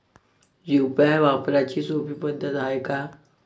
UPI वापराची सोपी पद्धत हाय का?